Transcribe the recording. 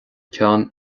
ceann